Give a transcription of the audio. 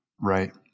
Right